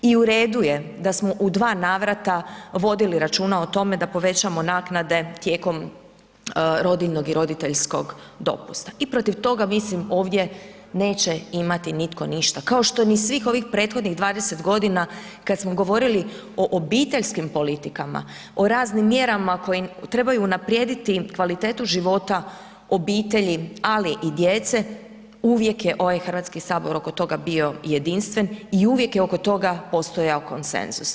I u redu je da smo u dva navrata vodili računa o tome da povećamo naknade tijekom rodiljnog i roditeljskog dopusta i protiv toga mislim neće nitko imati ništa kao što ni svih ovih prethodnih 20 g. kad smo govorili o obiteljskim politikama, o raznim mjerama koje treba unaprijediti kvalitetu života obitelji ali i djece, uvijek je ovaj Hrvatski sabor oko toga bio jedinstven i uvijek je oko toga postajao konsenzus.